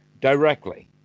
directly